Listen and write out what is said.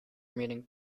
meeting